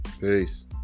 Peace